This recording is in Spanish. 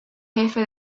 jefe